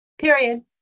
period